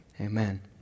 Amen